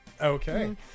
Okay